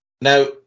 Now